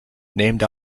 named